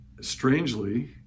strangely